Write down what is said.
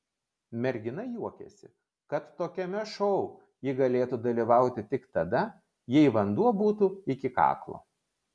mergina juokėsi kad tokiame šou ji galėtų dalyvauti tik tada jei vanduo būtų iki kaklo